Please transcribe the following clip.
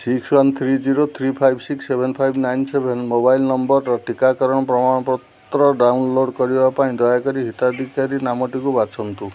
six one three zero three five six seven five nine seven mobile ନମ୍ବରର ଟିକାକରଣ ପ୍ରମାଣପତ୍ର download କରିବା ପାଇଁ ଦୟାକରି ହିତାଧିକାରୀ ନାମଟିକୁ ବାଛନ୍ତୁ